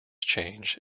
change